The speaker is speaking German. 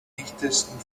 dichtesten